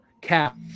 Cap